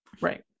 right